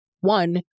one